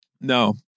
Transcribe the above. No